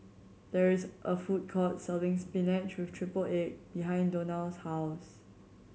there is a food court selling spinach with triple egg behind Donal's house